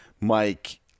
Mike